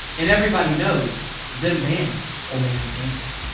and everybody knows them bandz will make her dance.